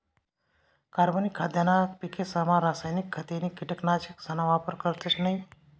कार्बनिक खाद्यना पिकेसमा रासायनिक खते नी कीटकनाशकसना वापर करतस नयी